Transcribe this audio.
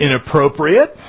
inappropriate